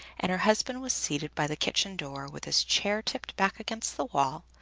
and her husband was seated by the kitchen door with his chair tipped back against the wall,